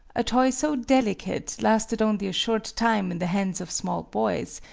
a toy so delicate lasted only a short time in the hands of small boys,